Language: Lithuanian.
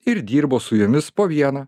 ir dirbo su jomis po vieną